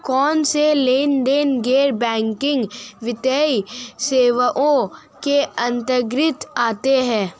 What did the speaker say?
कौनसे लेनदेन गैर बैंकिंग वित्तीय सेवाओं के अंतर्गत आते हैं?